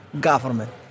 government